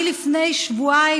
אני לפני שבועיים,